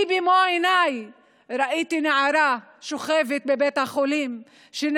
אני במו עיניי ראיתי נערה שוכבת בבית החולים אחרי